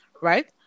right